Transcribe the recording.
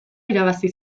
irabazi